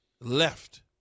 left